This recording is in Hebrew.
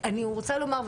אני רוצה לומר,